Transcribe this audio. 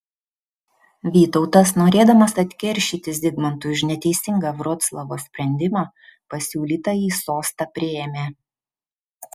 vytautas norėdamas atkeršyti zigmantui už neteisingą vroclavo sprendimą pasiūlytąjį sostą priėmė